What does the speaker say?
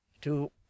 to